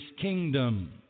kingdom